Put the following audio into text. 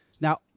Now –